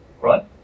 right